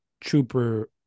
trooper